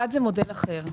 אחד, זה מודל אחר.